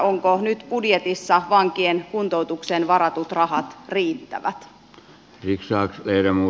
ovatko nyt budjetissa vankien kuntoutukseen varatut rahat riittävät